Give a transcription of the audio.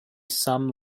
some